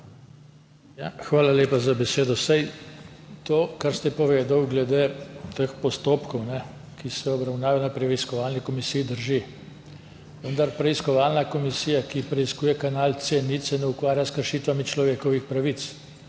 Hvala lepa za besedo. To, kar ste povedali glede teh postopkov, ki se obravnavajo na preiskovalni komisiji, drži. Vendar se preiskovalna komisija, ki preiskuje kanal C0, ne ukvarja s kršitvami človekovih pravic,